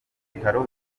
bitaro